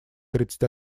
тридцать